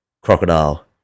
Crocodile